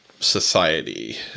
society